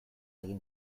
egin